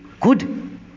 good